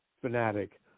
fanatic